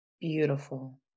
Beautiful